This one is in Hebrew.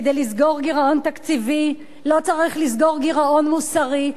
כדי לסגור גירעון תקציבי לא צריך לסגור גירעון מוסרי,